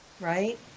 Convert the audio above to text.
right